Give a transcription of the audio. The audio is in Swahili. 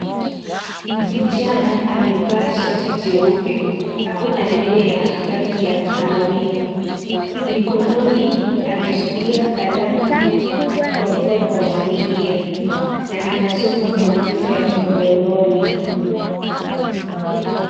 Msichana amevaa shati jeupe. Ako na nywele ya rangi ya kahawia. Mikononi, ameshikilia kalamu kwa mkono wa kulia na anasoma kompyuta ya mkononi.